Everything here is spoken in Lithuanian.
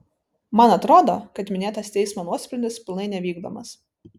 man atrodo kad minėtas teismo nuosprendis pilnai nevykdomas